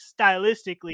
stylistically